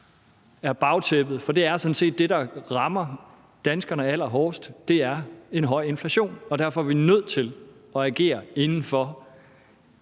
er sådan set det, der er bagtæppet. Det, der rammer danskerne allerhårdest, er en høj inflation, og derfor er vi nødt til at agere inden for